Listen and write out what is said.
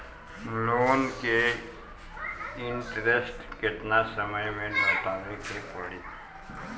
Loan के interest केतना समय में लौटावे के पड़ी?